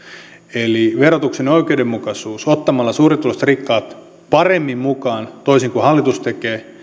eli verotuksen oikeudenmukaisuus ottamalla suurituloiset ja rikkaat paremmin mukaan toisin kuin hallitus tekee